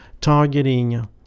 targeting